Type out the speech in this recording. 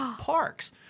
parks